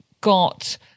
got